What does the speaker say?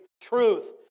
truth